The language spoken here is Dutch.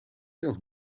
zelf